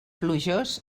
plujós